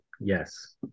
yes